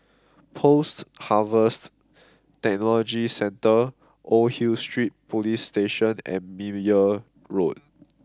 Post Harvest Technology Centre Old Hill Street Police Station and Meyer Road